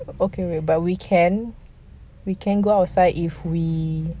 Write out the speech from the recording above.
okay wait but we can we can go outside if we